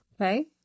Okay